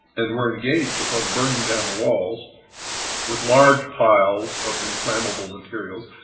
and were engaged upon burning down the walls with large piles of inflammable materials.